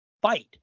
fight